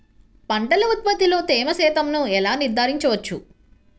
పంటల ఉత్పత్తిలో తేమ శాతంను ఎలా నిర్ధారించవచ్చు?